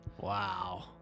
Wow